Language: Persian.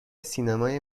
سینمای